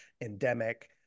endemic